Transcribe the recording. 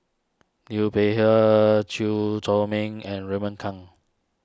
Liu Peihe Chew Chor Meng and Raymond Kang